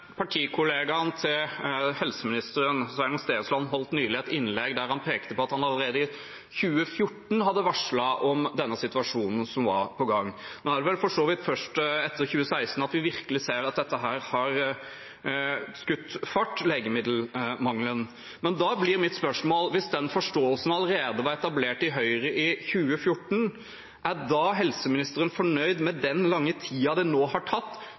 Partikollegaen til helseministeren, Sveinung Stensland, holdt nylig et innlegg der han pekte på at han allerede i 2014 hadde varslet om den situasjonen som var på gang. Når er det vel for så vidt først etter 2016 vi virkelig ser at legemiddelmangelen har skutt fart, men da blir mitt spørsmål: Hvis den forståelsen var etablert i Høyre allerede i 2014, er helseministeren fornøyd med den lange tiden det har tatt